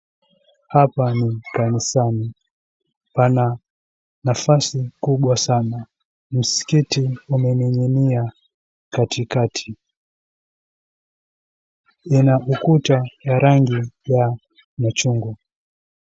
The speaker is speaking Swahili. Hapa ni kanisani. Pana nafasi kubwa sana. Msikiti umening'inia katikati. Ina vikuta ya rangi ya machungwa.